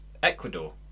Ecuador